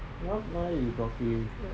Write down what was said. what now you talking